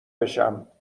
بشم